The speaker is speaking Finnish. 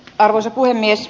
arvoisa puhemies